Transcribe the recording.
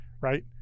right